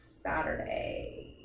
Saturday